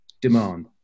demand